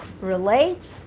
relates